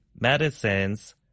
medicines